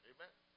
Amen